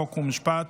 חוק ומשפט